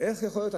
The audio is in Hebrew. איך יכול להיות,